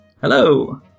Hello